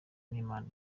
imana